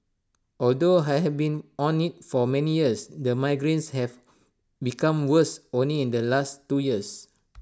although I have been on IT for many years the migraines have become worse only in the last two years